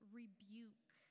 rebuke